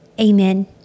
Amen